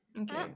okay